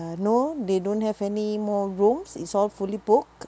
no they don't have any more rooms it's all fully booked